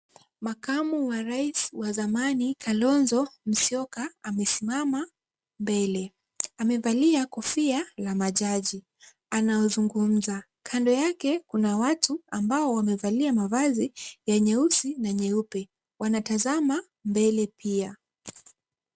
Makamu wa rais wa zamani Kalonzo Musyoka amesimama mbele. Amevalia kofia la majaji anazungumza. Kando yake kuna watu ambao wamevalia mavazi ya nyeusi na nyeupe. Wanatazama mbele pia.